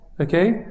Okay